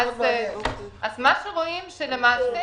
רואים שלמעשה,